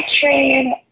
train